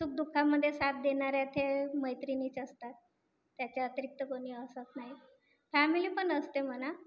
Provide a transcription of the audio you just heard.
सुख दुःखामदे साथ देनाऱ्या थे मैत्रिनीच असतात त्याच्या अतिरिक्त कोनी असत नाई फॅमिलीपन असते मना